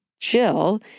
Jill